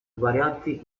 varianti